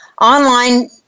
online